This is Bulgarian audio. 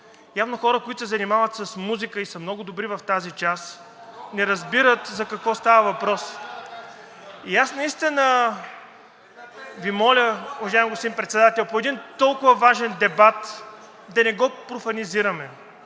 Явно хора, които се занимават с музика и са много добри в тази част, не разбират за какво става въпрос. (Реплики от ВЪЗРАЖДАНЕ.) Аз наистина Ви моля, уважаеми господин Председател, един толкова важен дебат да не го профанизираме.